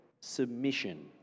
submission